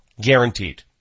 Guaranteed